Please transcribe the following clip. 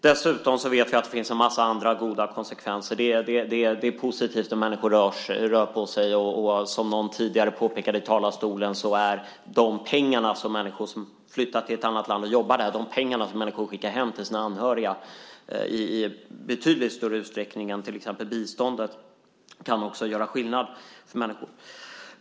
Dessutom vet vi att det får en massa andra goda konsekvenser. Det är positivt om människor rör på sig. Som tidigare påpekades i talarstolen kan pengarna från de människor som jobbar i ett annat land och som de skickar hem till sina anhöriga i betydligt större utsträckning än till exempel biståndet göra skillnad för människor.